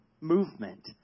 movement